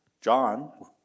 John